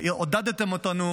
עודדתם אותנו